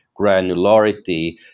granularity